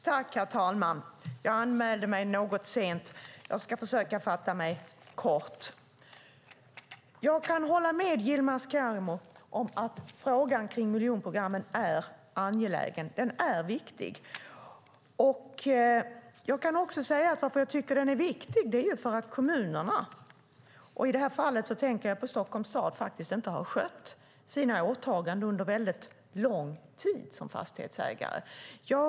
Herr talman! Jag anmälde mig lite sent till debatten, och jag ska försöka fatta mig kort. Jag kan hålla med Yilmaz Kerimo om att frågan om miljonprogrammen är angelägen. Den är viktig. Att jag tycker att den är viktig är för att kommunerna - i detta fall tänker jag på Stockholms stad - faktiskt inte har skött sina åtaganden under mycket lång tid som fastighetsägare.